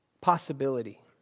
possibility